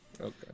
Okay